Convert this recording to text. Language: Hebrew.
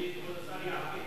שכבוד השר יעביר את התשובה.